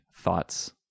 thoughts